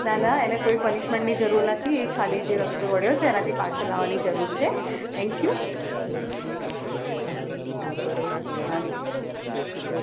ના ના એને કોઈ પનિશમેન્ટની જરૂર નથી એ ખાલી જે રસ્તે વળ્યો છે એનાથી પાછો લાવવાની જરૂર છે થેન્ક યુ ઓકે હા